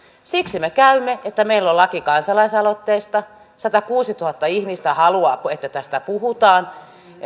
siksi me käymme että meillä on laki kansalaisaloitteesta satakuusituhatta ihmistä haluaa että tästä puhutaan